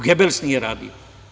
To Gebels nije radio.